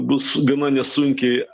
bus gana nesunkiai